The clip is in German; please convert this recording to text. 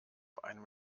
einem